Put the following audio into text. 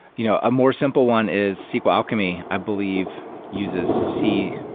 you know a more simple one is sql alchemy i believe uses c,